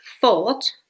thought